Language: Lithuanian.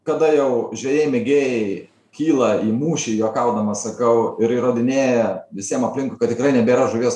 kada jau žvejai mėgėjai kyla į mūšį juokaudamas sakau ir įrodinėja visiem aplinkui kad tikrai nebėra žuvies